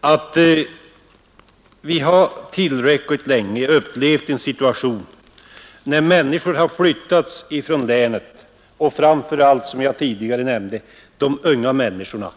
att vi tillräckligt länge har upplevt hur människor har flyttats ifrån länet, och det gäller framför allt, som jag tidigare nämnde, de unga människorna.